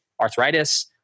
arthritis